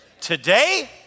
today